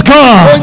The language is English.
God